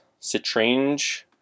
Citrange